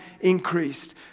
increased